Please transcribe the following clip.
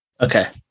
Okay